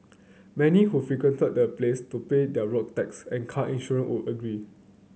many who frequented the place to pay their road taxe and car insurance would agree